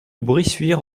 bressuire